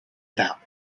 about